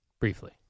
Briefly